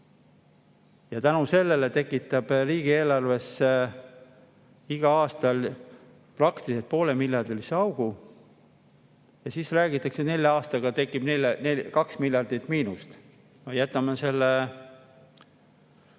ja selle tõttu tekitab riigieelarvesse igal aastal praktiliselt poolemiljardilise augu. Ja siis räägitakse, et nelja aastaga tekib 2 miljardit miinust. Jätame selle